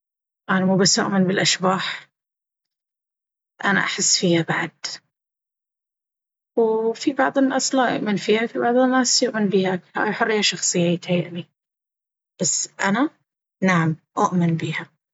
أنا مو بس أؤمن بالأشباح أنا أحس فيها بعد! وفي بعض الناس لا يؤمن فيها وفي بعض الناس يؤمن بيها هذي حرية شخصية يتهيأ لي… بس أنا، نعم أؤمن بيها.